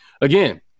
again